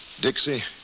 Dixie